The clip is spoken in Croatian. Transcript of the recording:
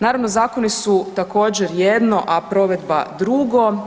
Naravno zakoni su također jedno a provedba drugo.